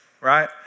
right